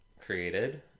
created